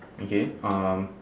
okay um